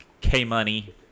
K-Money